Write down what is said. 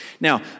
Now